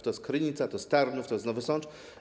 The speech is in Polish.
To jest Krynica, to jest Tarnów, to jest Nowy Sącz.